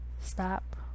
stop